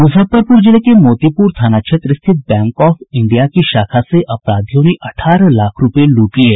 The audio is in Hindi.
मुजफ्फरपुर जिले के मोतीपुर थाना स्थित बैंक ऑफ इंडिया की शाखा से अपराधियों ने अठारह लाख रूपये लूट लिये